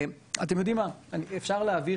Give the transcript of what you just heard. אני רוצה להגיד